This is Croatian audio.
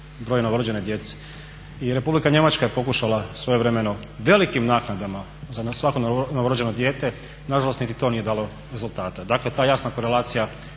broj novorođene djece. I Republika Njemačka je pokušala svojevremeno velikim naknadama za svako novorođeno dijete, nažalost niti to nije dalo rezultata. Dakle ta jasna korelacija